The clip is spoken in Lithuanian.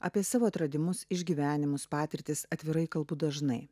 apie savo atradimus išgyvenimus patirtis atvirai kalbu dažnai